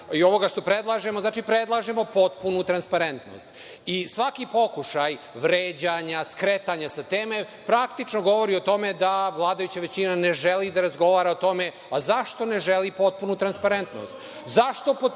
i ovoga što predlažemo, predlažemo potpunu transparentnost i svaki pokušaj vređanja, skretanja sa teme praktično govori o tome da vladajuća većina ne želi da razgovara o tome, a zašto ne želi potpunu transparentnost?